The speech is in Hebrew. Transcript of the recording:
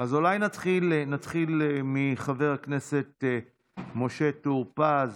נתחיל מחבר הכנסת משה טור פז,